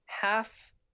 Half